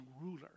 ruler